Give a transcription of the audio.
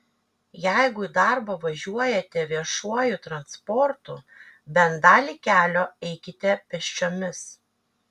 jeigu į darbą važiuojate viešuoju transportu bent dalį kelio eikite pėsčiomis